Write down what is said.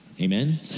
Amen